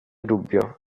dubbio